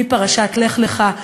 מפרשת לך לך,